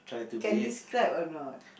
can describe or not